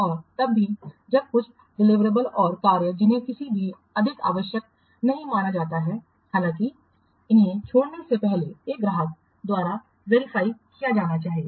और तब भी जब कुछ डिलिवरेबल्स और कार्य जिन्हें किसी भी अधिक आवश्यक नहीं माना जाता है हालाँकि इन्हें छोड़ने से पहले इसे ग्राहक द्वारा वेरीफाइ किया जाना चाहिए